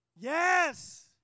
Yes